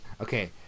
Okay